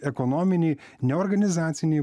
ekonominiai ne organizaciniai